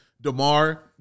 DeMar